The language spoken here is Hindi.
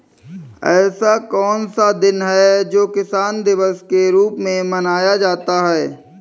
ऐसा कौन सा दिन है जो किसान दिवस के रूप में मनाया जाता है?